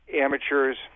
amateurs